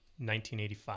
1985